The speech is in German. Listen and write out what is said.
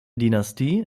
dynastie